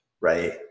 right